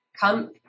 come